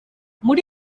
muri